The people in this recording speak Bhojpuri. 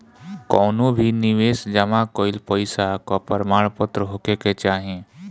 कवनो भी निवेश जमा कईल पईसा कअ प्रमाणपत्र होखे के चाही